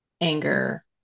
anger